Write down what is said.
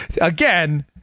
again